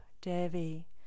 Devi